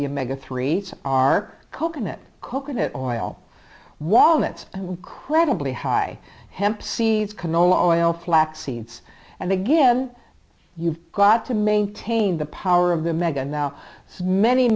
a mega three are coconut coconut oil wallets credibly high hemp seeds canola oil flax seeds and again you've got to maintain the power of the mega now so many